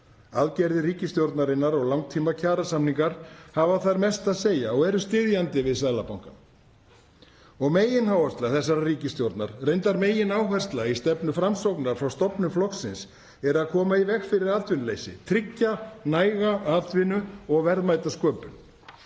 Aðgerðir ríkisstjórnarinnar og langtímakjarasamningar hafa þar mest að segja og eru styðjandi við Seðlabankann. Og megináhersla þessarar ríkisstjórnar, reyndar megináhersla í stefnu Framsóknar frá stofnun flokksins, er að koma í veg fyrir atvinnuleysi, tryggja næga atvinnu og verðmætasköpun.